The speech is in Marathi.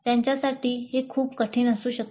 त्यांच्यासाठी हे खूप कठीण असू शकते